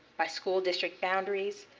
by school district boundaries,